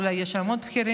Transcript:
אולי יש שם עוד בכירים,